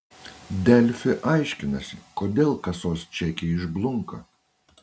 delfi aiškinasi kodėl kasos čekiai išblunka